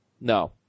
no